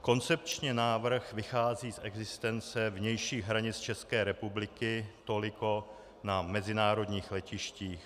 Koncepčně návrh vychází z existence vnějších hranic České republiky toliko na mezinárodních letištích.